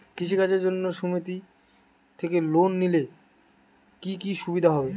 কৃষি কাজের জন্য সুমেতি থেকে লোন নিলে কি কি সুবিধা হবে?